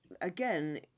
Again